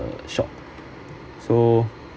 uh shocked so